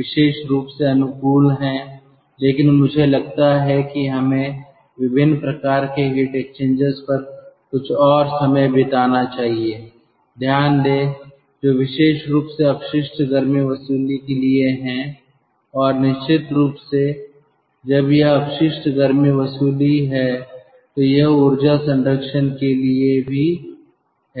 विशेष रूप से अनुकूल हैं लेकिन मुझे लगता है कि हमें विभिन्न प्रकार के हीट एक्सचेंजर्स पर कुछ और समय बिताना चाहिए ध्यान दें जो विशेष रूप से अपशिष्ट गर्मी वसूली के लिए हैं और निश्चित रूप से जब यह अपशिष्ट गर्मी वसूली है तो यह ऊर्जा संरक्षण के लिए भी है